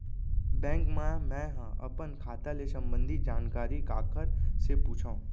Bank मा मैं ह अपन खाता ले संबंधित जानकारी काखर से पूछव?